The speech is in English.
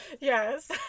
Yes